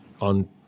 on